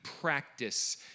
practice